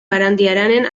barandiaranen